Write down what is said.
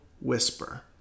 whisper